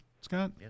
Scott